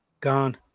Gone